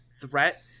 threat